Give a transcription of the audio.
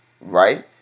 right